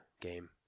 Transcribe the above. game